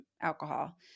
alcohol